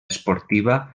esportiva